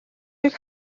шиг